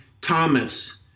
Thomas